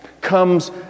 comes